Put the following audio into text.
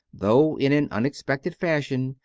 though in an unexpected fashion,